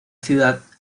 ciudad